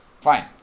fine